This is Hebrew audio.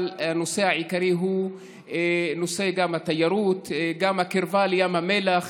אבל הנושא העיקרי הוא נושא התיירות וגם הקרבה לים המלח.